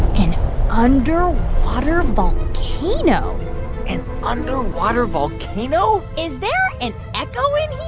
an underwater volcano an underwater volcano is there an echo in